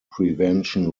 prevention